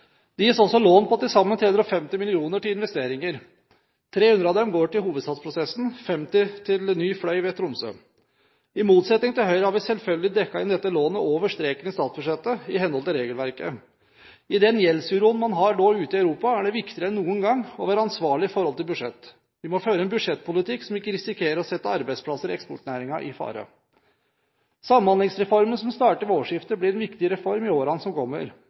Det gis også lån på til sammen 350 mill. kr til investeringer. 300 av dem går til hovedstadsprosessen, 50 til ny A-fløy ved Universitetssykehuset i Tromsø. I motsetning til Høyre har vi selvfølgelig dekket inn dette lånet over streken i statsbudsjettet, i henhold til regelverket. I den gjeldsuroen man har nå ute i Europa, er det viktigere enn noen gang å være ansvarlig for budsjett. Vi må føre en budsjettpolitikk som ikke risikerer å sette arbeidsplasser i eksportnæringen i fare. Samhandlingsreformen, som starter ved årsskiftet, blir en viktig reform i årene som kommer.